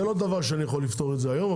זה לא דבר שאני יכול לפתור היום,